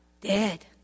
dead